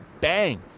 bang